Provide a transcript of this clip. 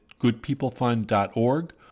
goodpeoplefund.org